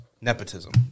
nepotism